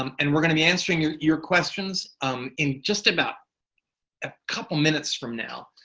um and we're gonna be answering your your questions um in just about a couple minutes from now.